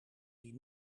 die